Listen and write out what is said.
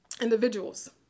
individuals